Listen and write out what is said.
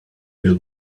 will